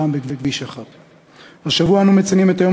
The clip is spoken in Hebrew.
הפעם בכביש 1. השבוע אנחנו מציינים את היום